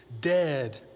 dead